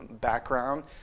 background